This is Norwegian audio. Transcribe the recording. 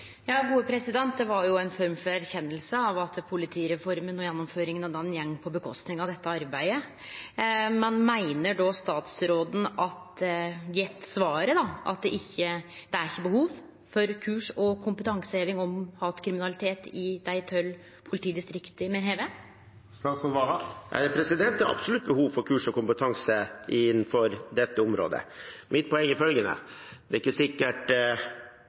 Det var jo ei form for erkjenning av at politireforma og gjennomføringa av ho går ut over dette arbeidet. Men meiner statsråden – med det svaret – at det ikkje er behov for kurs og kompetanseheving om hatkriminalitet i dei tolv politidistrikta me har? Det er absolutt behov for kurs og kompetanse innenfor dette området. Mitt poeng er følgende: Det er ikke sikkert